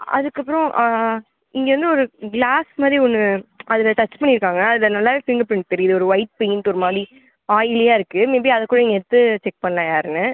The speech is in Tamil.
அதற்கப்பறம் இங்கே இருந்து ஒரு க்ளாஸ் மாதிரி ஒன்று அதில் டச் பண்ணிருக்காங்க அதில் நல்லாவே ஃபிங்கர் ப்ரிண்ட் தெரியுது ஒரு ஒயிட் ப்ரிண்ட் ஒருமாதிரி ஆயில்லியாக இருக்கு மே பி அதை கூட நீங்கள் எடுத்து செக் பண்ணலாம் யாருன்னு